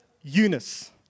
Eunice